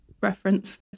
reference